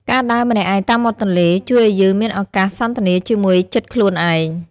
ការដើរម្នាក់ឯងតាមមាត់ទន្លេ ជួយឱ្យយើងមានឱកាសសន្ទនាជាមួយចិត្តខ្លួនឯង។